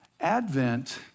Advent